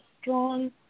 strong